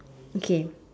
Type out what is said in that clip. okay